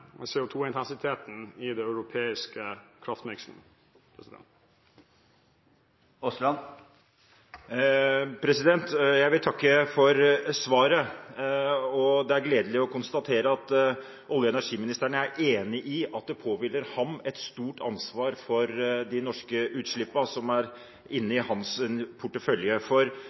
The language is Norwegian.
i den europeiske kraftmiksen. Jeg vil takke for svaret, og det er gledelig å konstatere at olje- og energiministeren er enig i at det påhviler ham et stort ansvar for de norske utslippene som er inne i hans portefølje, for